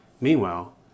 Meanwhile